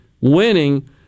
winning